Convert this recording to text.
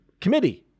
committee